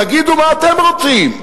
תגידו מה אתם רוצים.